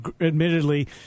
admittedly